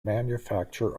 manufacture